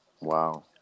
Wow